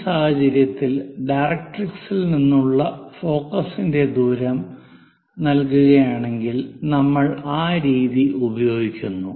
ഈ സാഹചര്യത്തിൽ ഡയറക്ട്രിക്സിൽ നിന്നുള്ള ഫോക്കസിന്റെ ദൂരം നൽകുകയാണെങ്കിൽ നമ്മൾ ഈ രീതി ഉപയോഗിക്കുന്നു